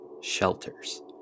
shelters